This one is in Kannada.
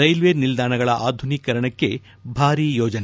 ರೈಲ್ವೆ ನಿಲ್ದಾಣಗಳ ಆಧುನೀಕರಣಕ್ಕೆ ಭಾರೀ ಯೋಜನೆ